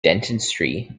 dentistry